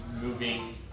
moving